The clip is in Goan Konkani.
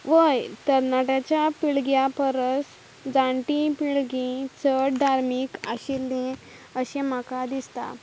वोय तरन्नाट्याच्या पिळग्या परस जाणटी पिळगी चड धार्मीक आशिल्ली अशें म्हाका दिसता